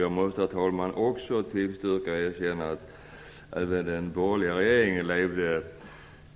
Jag måste, herr talman, erkänna att även den borgerliga regeringen i